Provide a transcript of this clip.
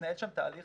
מתנהל שם תהליך